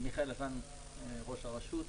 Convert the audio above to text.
אני מיכאל אטלן, ראש הרשות.